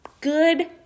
good